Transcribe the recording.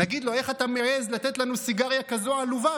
נגיד לו: איך אתה מעז לתת לנו סיגריה כזאת עלובה?